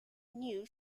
new